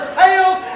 fails